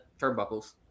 turnbuckles